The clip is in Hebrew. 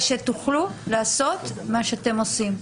ושתוכלו לעשות מה שאתם עושים.